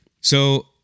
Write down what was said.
So-